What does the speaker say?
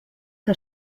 que